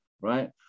right